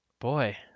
Boy